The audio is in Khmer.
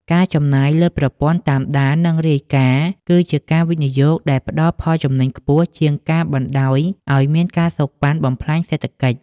ការចំណាយលើប្រព័ន្ធ "តាមដាន និងរាយការណ៍" គឺជាការវិនិយោគដែលផ្ដល់ផលចំណេញខ្ពស់ជាងការបណ្ដោយឱ្យមាន ការសូកប៉ាន់ បំផ្លាញសេដ្ឋកិច្ច។